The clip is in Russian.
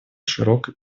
широкой